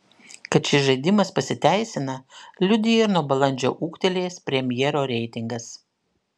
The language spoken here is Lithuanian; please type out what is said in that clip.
kad šis žaidimas pasiteisina liudija ir nuo balandžio ūgtelėjęs premjero reitingas